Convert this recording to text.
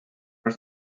are